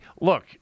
look